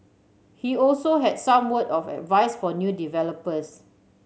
he also had some word of advice for new developers